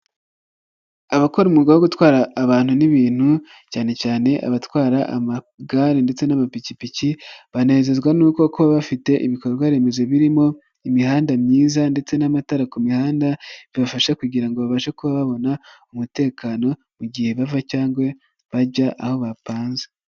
Abakora umwuga wo gutwara abantu n'ibintu cyane cyane abatwara amagare, ndetse n'amapikipiki, banezezwa nuko kuba bafite ibikorwa remezo birimo imihanda myiza, ndetse n'amatara ku mihanda, bibafasha kugira babashe kuba babona umutekano mu gihe bava cyangwa bajya aho bapanze.